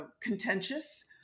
contentious